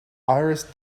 iris